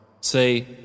Say